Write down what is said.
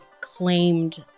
claimed